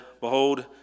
Behold